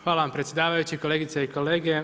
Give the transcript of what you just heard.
Hvala vam predsjedavajući, kolegice i kolege.